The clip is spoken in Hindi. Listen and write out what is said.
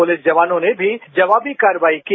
पुलिस जवानों ने भी जवाबी कार्यवाही की